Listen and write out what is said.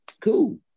Cool